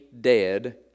dead